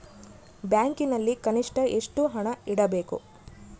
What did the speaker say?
ಬ್ಯಾಂಕಿನಲ್ಲಿ ಕನಿಷ್ಟ ಎಷ್ಟು ಹಣ ಇಡಬೇಕು?